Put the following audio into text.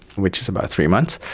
which is about three months,